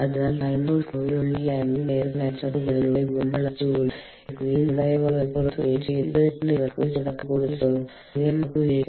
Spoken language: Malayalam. അതിനാൽ താഴ്ന്ന ഊഷ്മാവിലുള്ള ഈ ആംബിയന്റ് എയർ കണ്ടൻസറിനു മുകളിലൂടെ പോകുമ്പോൾ അത് ചൂട് എടുക്കുകയും ചൂടായ വായു ആയി പുറത്തുവരുകയും ചെയ്യുന്നു ഇത് ഇപ്പോൾ നിങ്ങൾക്ക് മുറി ചൂടാക്കാനും കൂടുതൽ സുഖകരമാക്കാനും ഉപയോഗിക്കാം